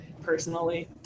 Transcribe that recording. personally